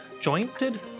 jointed